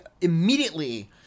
immediately